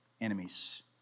enemies